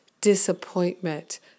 disappointment